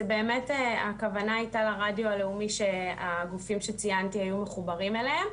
זה באמת הכוונה הייתה לרדיו הלאומי שהגופים שציינתי היו מחוברים אליהם,